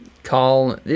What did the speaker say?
Call